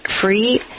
free